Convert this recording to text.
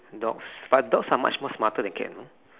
dogs but dogs are much more smarter than cats you know